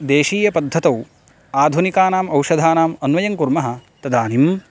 देशीयपद्धतौ आधुनिकानाम् औषधानाम् अन्वयङ्कुर्मः तदानीं